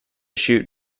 shoot